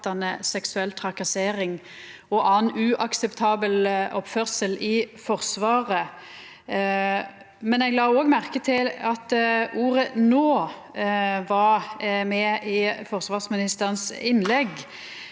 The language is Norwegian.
seksuell trakassering og annan uakseptabel oppførsel i Forsvaret. Men eg la òg merke til at ordet «nå» var med i Forsvarsministerens innlegg,